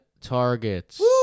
targets